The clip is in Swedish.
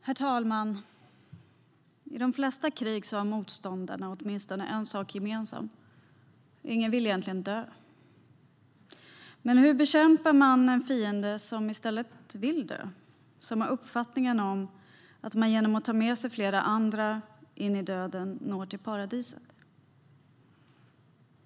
Herr talman! I de flesta krig har motståndarna åtminstone en sak gemensamt: Ingen vill egentligen dö. Men hur bekämpar man en fiende som i stället vill dö och som har uppfattningen att man genom att ta med sig flera andra in i döden når till paradiset?